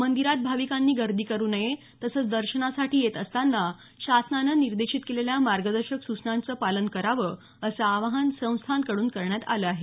मंदिरात भाविकांनी गर्दी करू नये तसंच दर्शनासाठी येत असतांना शासनाने निर्देशित केलेल्या मार्गदर्शक सूचनांचं पालन करावं असं आवाहन संस्थानकडून करण्यात आल आहे